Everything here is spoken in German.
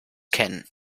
kennen